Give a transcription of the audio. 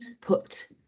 put